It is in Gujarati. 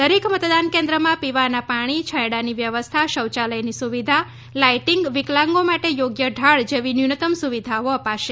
દરેક મતદાન કેન્દ્રમાં પીવાના પાણી છાંયડાની વ્યવસ્થા શૌયાલયની સુવિધા લાઇટિંગ વિકલાંગો માટે યોગ્ય ઢાળ જેવી ન્યૂનતમ સુવિધાઓ અપાશે